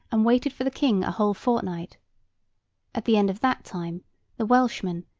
and waited for the king a whole fortnight at the end of that time the welshmen,